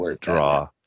draw